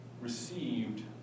received